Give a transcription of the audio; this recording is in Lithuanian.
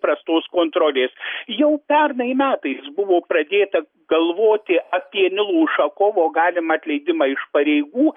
prastos kontrolės jau pernai metais buvo pradėta galvoti apie ušakovo galimą atleidimą iš pareigų